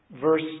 verse